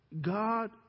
God